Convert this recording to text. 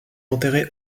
enterré